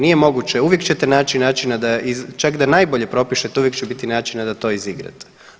Nije moguće, uvijek ćete naći načina da, čak i da najbolje propišete uvijek će biti načina da to izigrate.